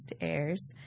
airs